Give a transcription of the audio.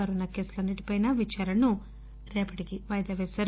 corona కేసులన్ని ంటిపై విచారణను రేపటికి వాయిదా పేసింది